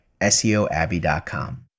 seoabby.com